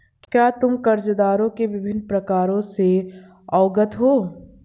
क्या तुम कर्जदारों के विभिन्न प्रकारों से अवगत हो?